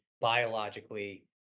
biologically